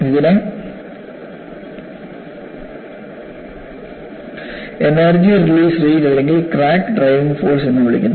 ഇതിനെ energy release rate അല്ലെങ്കിൽ crack driving force എന്ന് വിളിക്കുന്നു